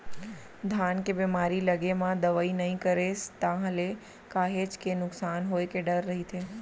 धान के बेमारी लगे म दवई नइ करेस ताहले काहेच के नुकसान होय के डर रहिथे